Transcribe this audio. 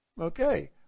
Okay